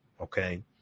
okay